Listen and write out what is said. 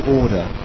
order